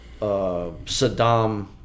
Saddam